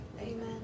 Amen